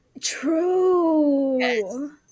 True